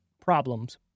problems